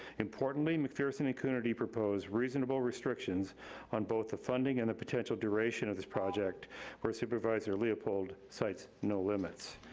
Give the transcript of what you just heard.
importantly, mcpherson and coonerty proposed reasonable restrictions on both the funding and potential duration of this project, whereas supervisor leopold cites no limits,